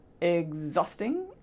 exhausting